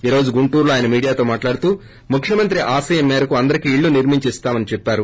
ఈ రోజు గుంటూరులో ఆయన మీడియాతో మాట్లాడుతూ ముఖ్యమంత్రి ఆశయం మేరకు అందరికీ ఇళ్లు నిర్మించి ఇస్తామని అన్నారు